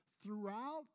throughout